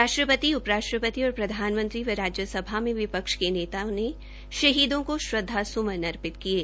राष्ट्रपति उप राष्ट्रपति और प्रधानमंत्री व राज्य सभा में विपक्ष के नेताओं ने शहीदों को श्रदवासमन अर्पित किये